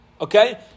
Okay